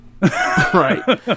Right